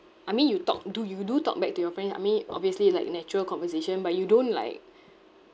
I mean you talk do you do talk back to your friend I mean obviously like natural conversation but you don't like